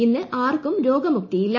ഇന്ന് ആർക്കും രോഗമുക്തി ഇല്ല